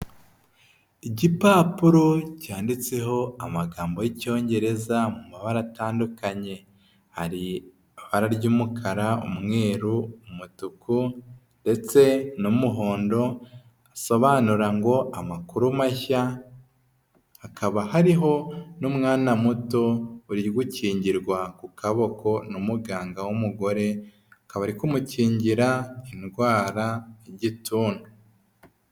Igipapuro cyanditseho amagambo y'icyongereza mu mabara atandukanye. Hari ibara ry'umukara, umweru, umutuku ndetse n'umuhondo, bisobanura ngo amakuru mashya, hakaba hariho n'umwana muto uri gukingirwa ku kaboko na muganga w'umugore, akabari kumukingira indwara y'igituntu.